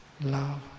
love